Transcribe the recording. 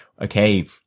Okay